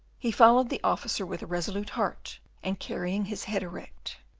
he followed the officer with a resolute heart, and carrying his head erect.